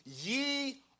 Ye